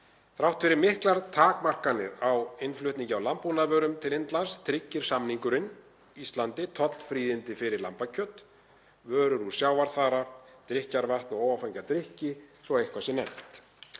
Þrátt fyrir miklar takmarkanir á innflutningi á landbúnaðarvörum til Indlands tryggir samningurinn Íslandi tollfríðindi fyrir lambakjöt, vörur úr sjávarþara, drykkjarvatn og óáfenga drykki svo að eitthvað sé nefnt.